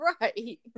right